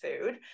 food